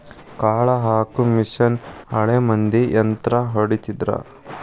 ಕಾಳ ಹಾಕು ಮಿಷನ್ ಹಳೆ ಮಂದಿ ಯಂತ್ರಾ ಹೊಡಿತಿದ್ರ